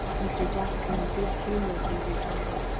mr. jackson good-humouredly retorted.